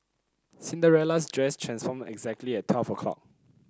Cinderella's dress transformed exactly at twelve o'clock